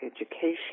education